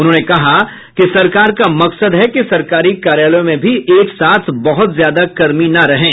उन्होंने कहा कि सरकार का मकसद है कि सरकारी कार्यालयों में भी एक साथ बहुत ज्यादा कर्मी न रहें